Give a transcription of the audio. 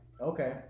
Okay